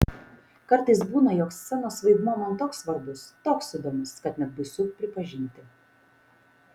kartais būna jog scenos vaidmuo man toks svarbus toks įdomus kad net baisu pripažinti